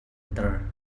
ter